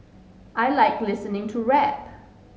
I like listening to rap